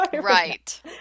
right